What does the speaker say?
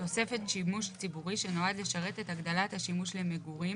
תוספת שימוש ציבורי שנועד לשרת את הגדלת השימוש למגורים